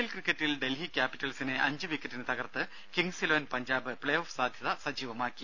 L ക്രിക്കറ്റിൽ ഡൽഹി ക്യാപ്പിറ്റൽസിനെ അഞ്ചുവിക്കറ്റിന് തകർത്ത് കിംഗ്സ് ഇലവൻ പഞ്ചാബ് പ്ലേഓഫ് സാധ്യത സജീവമാക്കി